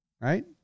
Right